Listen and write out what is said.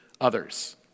others